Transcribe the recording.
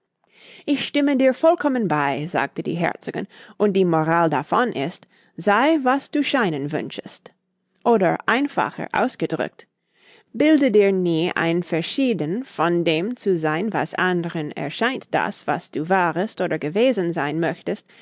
ich stimme dir vollkommen bei sagte die herzogin und die moral davon ist sei was du zu scheinen wünschest oder einfacher ausgedrückt bilde dir nie ein verschieden von dem zu sein was anderen erscheint daß was du warest oder gewesen sein möchtest